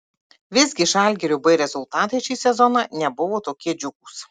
visgi žalgirio b rezultatai šį sezoną nebuvo tokie džiugūs